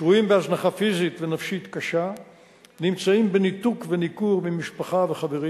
שרויים בהזנחה פיזית ונפשית קשה ונמצאים בניתוק וניכור ממשפחה וחברים.